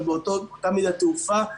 אבל באותה מידה התעופה,